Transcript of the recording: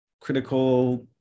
critical